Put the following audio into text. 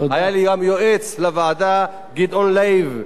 היה לי גם יועץ לוועדה, גדעון לייב.